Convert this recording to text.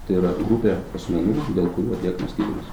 tai yra grupė asmenų dėl kurių atliekamas tyrimas